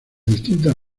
distintas